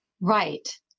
Right